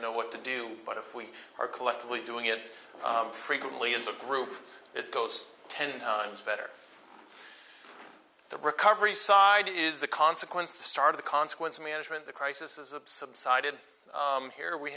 know what to do but if we are collectively doing it frequently as a group it goes ten times better the recovery side is the consequence the start of the consequence management the crisis is a side and here we